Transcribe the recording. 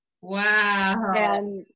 wow